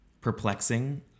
perplexing